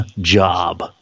job